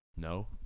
No